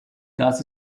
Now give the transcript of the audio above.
das